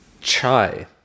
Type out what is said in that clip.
Chai